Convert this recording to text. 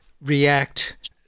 react